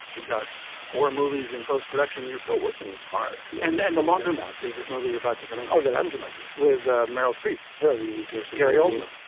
you've got four movies in post-production you're still working hard and then the laundromat. is this movie about to come out um that undermined. yes with ah meryl streep very interesting gary oldman.